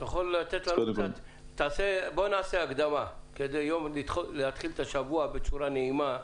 נעשה הקדמה, כדי להתחיל את השבוע בצורה נעימה.